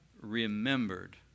remembered